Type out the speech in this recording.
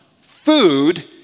food